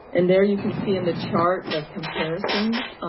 and there you can see in the chart the comparisons.